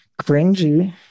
cringy